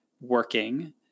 working